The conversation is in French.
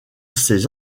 ses